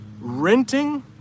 renting